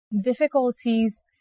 difficulties